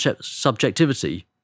subjectivity